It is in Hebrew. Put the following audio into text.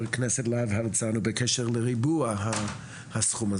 הכנסת להב הרצנו בקשר לריבוע הסכום הזה,